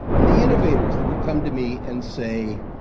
and the innovators that would come to me and say,